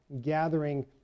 gathering